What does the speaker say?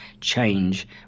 change